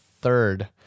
third